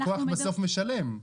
אבל הלקוח בסוף משלם.